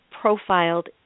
profiled